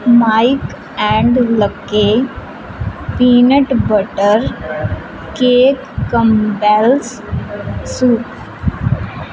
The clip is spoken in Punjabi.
mic and lake peanut butter cake compels soup